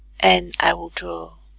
and i will draw a